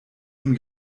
ihm